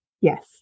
Yes